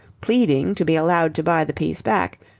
pleading to be allowed to buy the piece back,